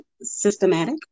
systematic